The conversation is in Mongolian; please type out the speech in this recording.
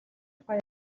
тухай